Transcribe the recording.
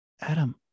Adam